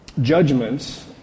judgments